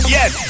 Yes